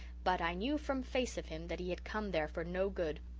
but i knew from face of him that he had come there for no good.